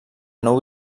nou